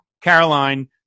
Caroline